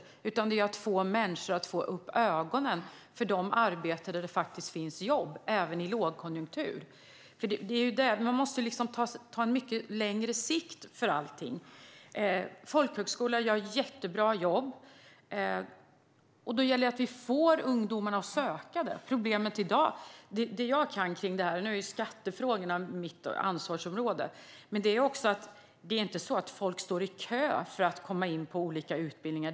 Det handlar om att få människor att få upp ögonen för de arbeten där det faktiskt finns jobb även i lågkonjunktur. Man måste se det på mycket längre sikt. Folkhögskolor gör ett jättebra jobb. Då gäller det att vi får ungdomarna att söka. Skattefrågorna är mitt ansvarsområde, men det jag kan kring detta är att folk inte står i kö för att komma in på olika utbildningar.